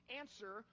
answer